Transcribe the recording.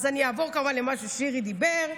אז אני אעבור למה ששירי אמר,